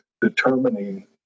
determining